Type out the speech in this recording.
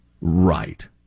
Right